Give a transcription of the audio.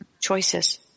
choices